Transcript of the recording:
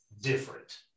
different